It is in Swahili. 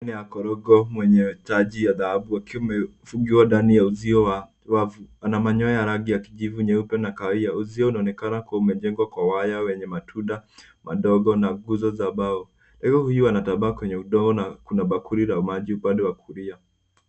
Aina ya korongo mwenye taji ya dhahabu akiwa amefungiwa ndani ya uzio wa wavu. Ana manyoya ya rangi ya kijivu, nyeupe na kahawia. Uzio unaonekana kuwa umejengwa kwa waya wenye matunda madogo na nguzo za mbao. Ndege huyu anatambaa kwenye udongo na kuna bakuli la maji upande wa kulia.